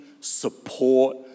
support